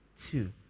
two